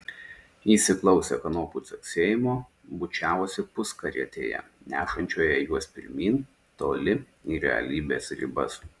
įsiklausę kanopų caksėjimo bučiavosi puskarietėje nešančioje juos pirmyn toli į realybės ribas